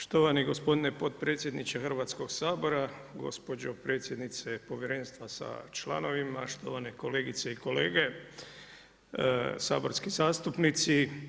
Štovani gospodine potpredsjedniče Hrvatskoga sabora, gospođo predsjednice povjerenstva sa članovima, štovane kolegice i kolege saborski zastupnici.